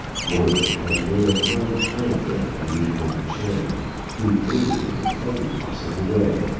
gordon had made a firm friend of li hung chang, who aided him in every possible way.